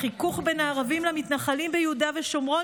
החיכוך בין הערבים למתנחלים ביהודה ושומרון,